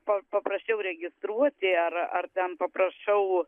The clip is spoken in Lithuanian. pa paprašiau registruoti ar ar ten paprašau